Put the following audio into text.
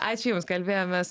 ačiū jums kalbėjomės